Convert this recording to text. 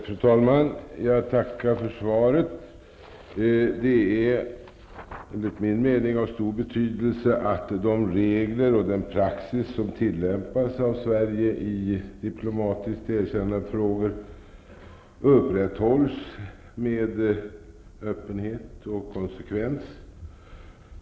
Fru talman! Jag tackar för svaret. Det är enligt min mening av stor betydelse att de regler och den praxis som tillämpas av Sverige när det gäller diplomatiska erkännandefrågor upprätthålls med öppenhet och konsekvens.